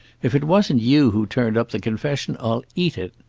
if it wasn't you who turned up the confession, i'll eat it.